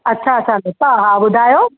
अच्छा अच्छा दीपा हा ॿुधायो